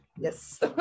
yes